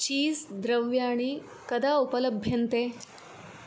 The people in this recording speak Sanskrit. चीज़् द्रव्याणि कदा उपलभ्यन्ते